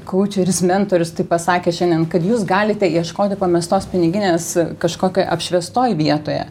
kaučeris mentorius taip pasakė šiandien kad jūs galite ieškoti pamestos piniginės kažkokioj apšviestoj vietoje